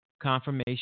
confirmation